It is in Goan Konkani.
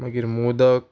मागीर मोदक